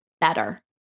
better